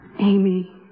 Amy